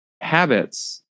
habits